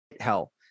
hell